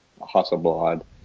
Hasselblad